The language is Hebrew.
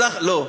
לא?